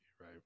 right